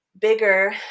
bigger